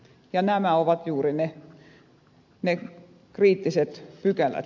ja nämä ovat juuri ne kriittiset pykälät